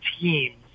teams